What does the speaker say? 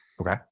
Okay